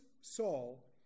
Saul